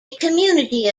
community